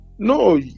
No